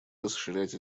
расширять